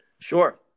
Sure